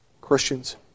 Christians